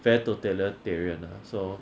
very totalitarian ah so